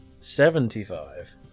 Seventy-five